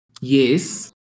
Yes